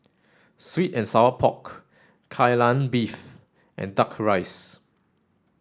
sweet and sour pork Kai Lan Beef and duck rice